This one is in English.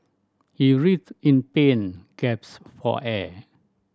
he writhed in pain gaps for air